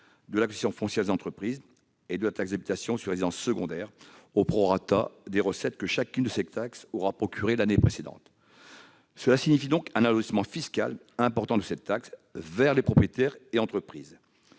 des taxes foncières, de la CFE et de la taxe d'habitation sur les résidences secondaires, au prorata des recettes que chacune de ces taxes aura procurées l'année précédente. Cela signifie donc un alourdissement fiscal important de cette taxe vers les propriétaires et les entreprises.